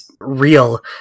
real